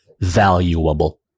valuable